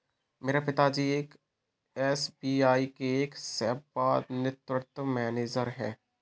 मेरे पिता जी एस.बी.आई के एक सेवानिवृत मैनेजर है